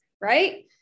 right